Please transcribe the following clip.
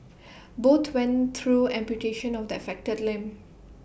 both went through amputation of the affected limb